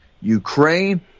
Ukraine